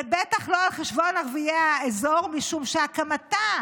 ובטח לא על חשבון ערביי האזור, משום שהקמתה